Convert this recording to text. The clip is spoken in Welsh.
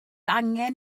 angen